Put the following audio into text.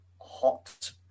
hot